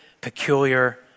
peculiar